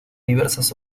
diversas